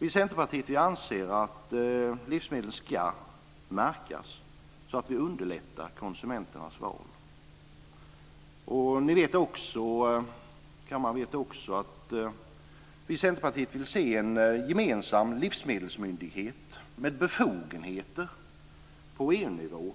Vi i Centerpartiet anser att livsmedel ska märkas så att vi underlättar konsumenternas val. Kammaren vet också att vi i Centerpartiet vill se en gemensam livsmedelsmyndighet med befogenheter på EU-nivå